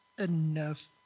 enough